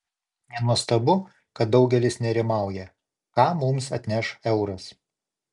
nenuostabu kad daugelis nerimauja ką mums atneš euras